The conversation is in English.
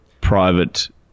private